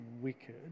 wicked